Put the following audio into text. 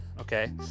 okay